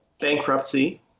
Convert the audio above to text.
bankruptcy